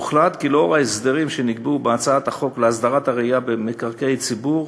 הוחלט כי לאור ההסדרים שנקבעו בהצעת החוק להסדרת הרעייה במקרקעי ציבור,